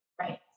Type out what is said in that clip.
Right